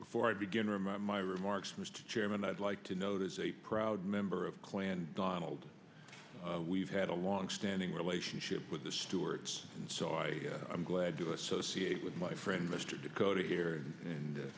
before i begin remote my remarks mr chairman i'd like to note as a proud member of clan donald we've had a longstanding relationship with the stewards and so i am glad to associate with my friend mr dakota here and